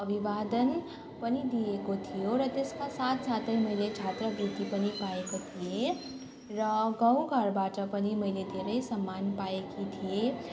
अभिवादन पनि दिएको थियो र त्यसका साथ साथै मैले छात्रवृत्ति पनि पाएको थिएँ र गाउँघरबाट पनि मैले धेरै सम्मान पाएकी थिएँ